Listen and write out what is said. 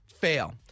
fail